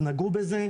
אז נגעו בזה.